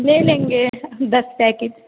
ले लेंगे दस पैकिट